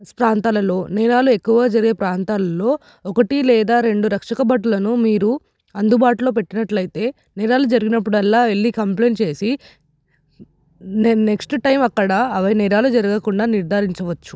ప్రాంతాలలో నేరాలు ఎక్కువ జరిగే ప్రాంతాలలో ఒకటి లేదా రెండు రక్షక భటులను మీరు అందుబాటులో పెట్టినట్లయితే నేరాలు జరిగినప్పుడల్లా వెళ్ళి కంప్లయింట్ చేసి న నెక్స్ట్ టైం అక్కడ అవి నేరాలు జరగకుండా నిర్ధారించవచ్చు